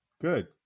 Good